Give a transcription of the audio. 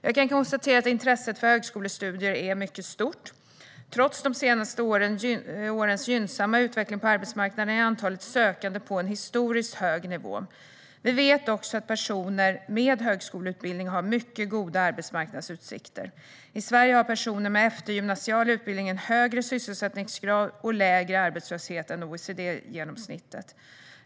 Jag kan konstatera att intresset för högskolestudier är mycket stort. Trots de senaste årens gynnsamma utveckling på arbetsmarknaden är antalet sökande på en historiskt hög nivå. Vi vet också att personer med högskoleutbildning har mycket goda arbetsmarknadsutsikter. I Sverige har personer med eftergymnasial utbildning en högre sysselsättningsgrad och lägre arbetslöshet än OECD-genomsnittet.